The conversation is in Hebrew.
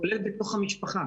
כולל בתוך המשפחה.